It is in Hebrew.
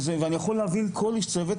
ואני יכול להבין כל איש צוות,